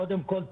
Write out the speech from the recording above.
קודם כול,